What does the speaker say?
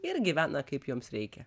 ir gyvena kaip joms reikia